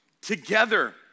Together